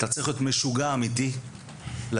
אתה צריך להיות משוגע אמיתי לדבר.